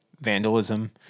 vandalism